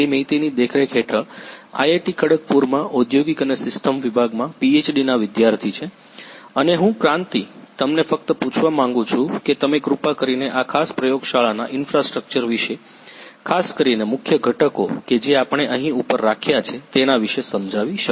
મૈતીની દેખરેખ હેઠળ આઈઆઈટી ખડગપુરમાં ઔદ્યોગિક અને સિસ્ટમ વિભાગમાં પીએચડી ના વિદ્યાર્થી છે અને હું ક્રાંતિ તમને ફક્ત પૂછવા માગું છુ કે તમે કૃપા કરીને આ ખાસ પ્રયોગશાળાના ઇન્ફ્રાસ્ટ્રક્ચર વિશે ખાસ કરીને મુખ્ય ઘટકો કે જે આપણે અહીં ઉપર રાખ્યા છે તેના વિશે સમજાવી શકો